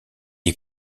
est